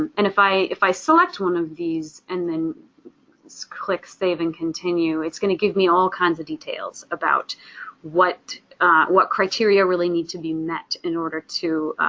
um and if i if i select one of these and then click save and continue, it's going to give me all kinds of details about what what criteria really need to be met in order to